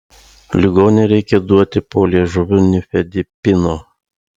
ligonei reikia duoti po liežuviu nifedipino